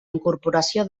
incorporació